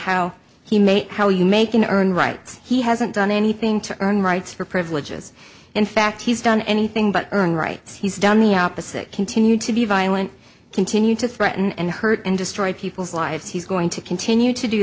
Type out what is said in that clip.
how he made how you make an earn right he hasn't done anything to earn rights for privileges in fact he's done anything but earn rights he's done the opposite continue to be violent continue to threaten and hurt and destroy people's lives he's going to continue to do